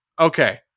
okay